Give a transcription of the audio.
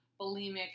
bulimic